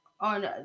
on